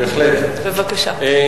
בבקשה.